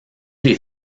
les